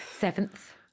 seventh